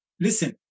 listen